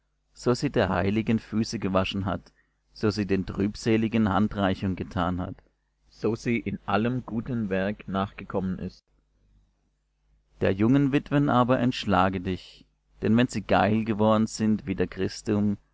so sie der heiligen füße gewaschen hat so sie den trübseligen handreichung getan hat so sie in allem guten werk nachgekommen ist der jungen witwen aber entschlage dich denn wenn sie geil geworden sind wider christum